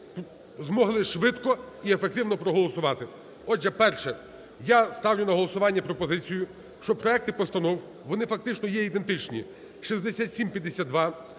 змогли швидко і ефективно проголосувати. Отже, перше, я ставлю на голосування пропозицію, щоб проекти постанов - вони фактично є ідентичні, - 6752,